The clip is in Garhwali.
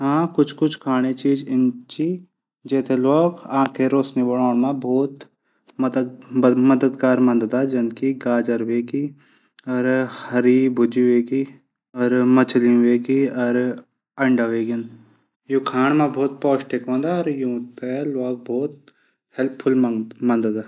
हाँ कुछ कुछ खांणा चीज इन छी जैथै लोग आंखों रोशनी बढोण मा बहुत मदद मिलदी। जनकी गाजर हवेग्या हरी भुजी हवेग्याई मछली हवेग्या अंडा हवेग्या यू खाण मा बहुत पौष्टिक हूदू यू थै लोग बहुत हैल्पफूल्द मंदा।